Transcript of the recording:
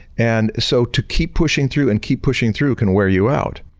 and so, to keep pushing through and keep pushing through can wear you out.